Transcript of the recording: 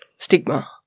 Stigma